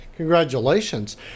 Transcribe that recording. Congratulations